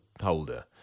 holder